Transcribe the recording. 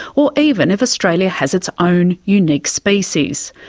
or even if australia has its own unique species.